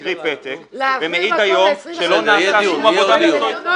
והקריא פתק ומעיד היום שלא נעשתה שום עבודה מקצועית.